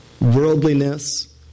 worldliness